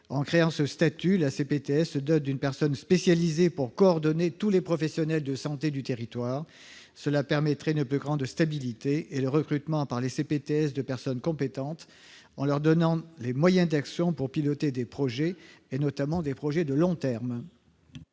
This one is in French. En créant ce statut, la CPTS se dote d'une personne spécialisée pour coordonner tous les professionnels de santé du territoire. Cela permet une plus grande stabilité et le recrutement de personnes compétentes, disposant de moyens d'actions pour piloter des projets, notamment des projets de long terme.